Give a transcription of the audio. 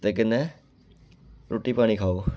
ते कन्नै रुट्टी पानी खाओ